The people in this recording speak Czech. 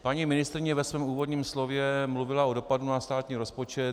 Paní ministryně ve svém úvodním slově mluvila o dopadu na státní rozpočet.